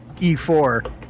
E4